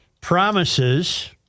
promises